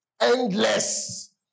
Endless